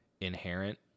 inherent